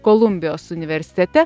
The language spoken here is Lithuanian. kolumbijos universitete